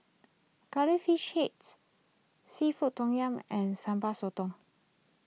Curry Fish Heads Seafood Tom Yum and Sambal Sotong